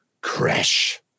crash